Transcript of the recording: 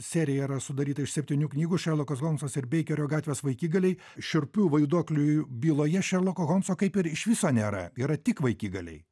serija yra sudaryta iš septynių knygų šerlokas holmsas ir beikerio gatvės vaikigaliai šiurpių vaiduoklių j byloje šerloko holmso kaip ir iš viso nėra yra tik vaikigaliai